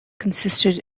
consisted